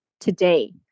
Today